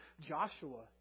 Joshua